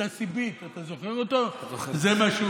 הצעת